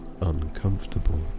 uncomfortable